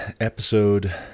episode